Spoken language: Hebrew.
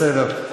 בסדר.